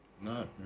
No